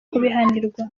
kubihanirwa